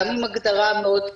גם עם הגדרה מאוד משמעותית.